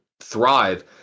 thrive